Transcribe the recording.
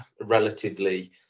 relatively